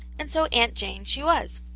and so aunt jane she was.